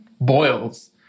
boils